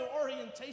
orientation